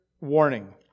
warning